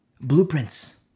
Blueprints